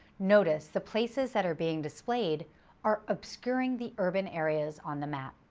notice the places that are being displayed are obscuring the urban areas on the map.